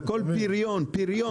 והכול פריון של המשק.